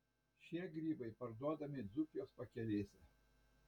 šie grybai parduodami dzūkijos pakelėse